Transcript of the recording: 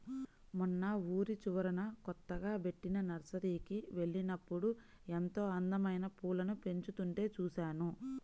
మొన్న ఊరి చివరన కొత్తగా బెట్టిన నర్సరీకి వెళ్ళినప్పుడు ఎంతో అందమైన పూలను పెంచుతుంటే చూశాను